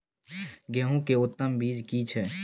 गेहूं के उत्तम बीज की छै?